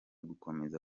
gukomeza